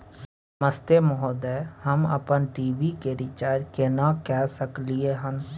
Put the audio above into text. नमस्ते महोदय, हम अपन टी.वी के रिचार्ज केना के सकलियै हन?